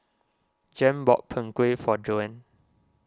Jan bought Png Kueh for Joan